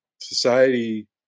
society